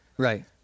Right